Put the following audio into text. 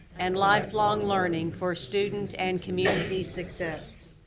and lifelong learning for student and community success.